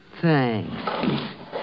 Thanks